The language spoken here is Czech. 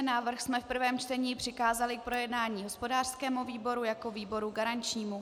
Návrh jsme v prvním čtení přikázali k projednání hospodářskému výboru jako výboru garančnímu.